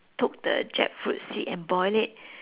took the jackfruit seed and boil it